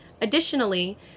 Additionally